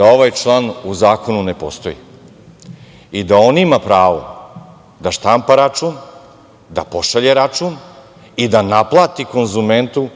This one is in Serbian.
da ovaj član u zakonu ne postoji i da on ima pravo da štampa račun, da pošalje račun i da naplati konzumentu